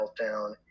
meltdown